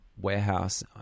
warehouse